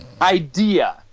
idea